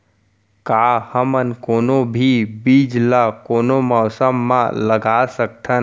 का हमन कोनो भी बीज ला कोनो मौसम म लगा सकथन?